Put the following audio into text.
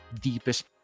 deepest